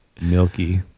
Milky